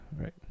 right